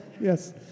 yes